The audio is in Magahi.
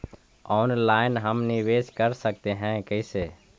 ऑनलाइन हम निवेश कर सकते है, कैसे?